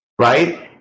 Right